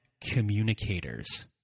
communicators